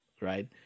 right